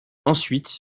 ensuite